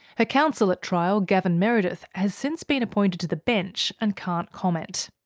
her counsel at trial gaven meredith has since been appointed to the bench and can't comment.